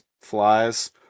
flies